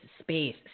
space